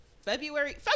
February